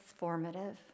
transformative